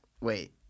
wait